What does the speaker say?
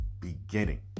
beginning